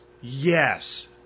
yes